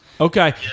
Okay